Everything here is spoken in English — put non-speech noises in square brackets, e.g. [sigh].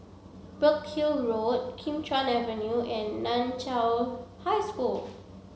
Burkill [unintelligible] Kim Chuan Avenue and Nan Chiau High School